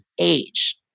age